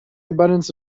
abundance